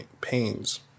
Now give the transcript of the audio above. pains